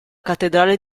cattedrale